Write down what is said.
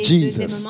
Jesus